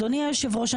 אדוני היושב ראש,